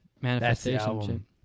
manifestation